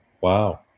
Wow